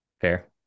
Fair